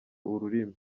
ururimi